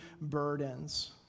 burdens